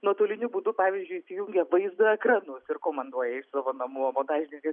nuotoliniu būdu pavyzdžiui įsijungę vaizdo ekranus ir komanduoja iš savo namų o montažininkai